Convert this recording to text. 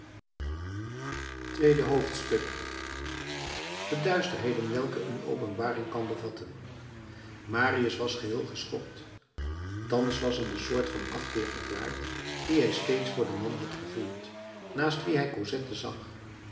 tweede hoofdstuk de duisterheden welke een openbaring kan bevatten marius was geheel geschokt thans was hem de soort van afkeer verklaard dien hij steeds voor den man had gevoeld naast wien hij cosette zag